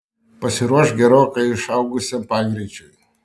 pasiruošk gerokai išaugusiam pagreičiui